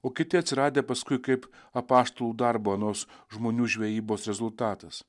o kiti atsiradę paskui kaip apaštalų darbo anos žmonių žvejybos rezultatas